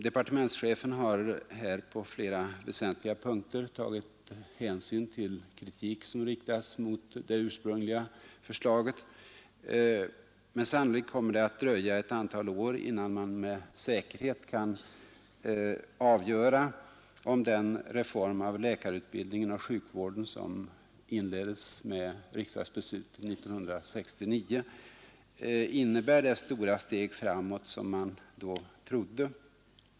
Departementschefen har på flera väsentliga punkter tagit hänsyn till kritik som riktats mot det ursprungliga förslaget. Men sannolikt kommer det att dröja ett antal år innan man med säkerhet kan avgöra om den reform av läkarutbildningen och sjukvården som inleddes med 1969 års riksdagsbeslut innebär det stora steg framåt som man då trodde.